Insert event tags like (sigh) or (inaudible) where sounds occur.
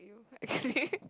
you (laughs)